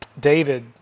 David